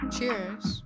Cheers